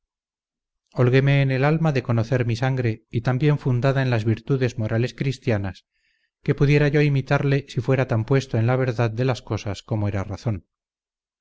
holguéme en el alma de conocer mi sangre y tan bien fundada en las virtudes morales cristianas que pudiera yo imitarle si fuera tan puesto en la verdad de las cosas como era razon